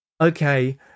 okay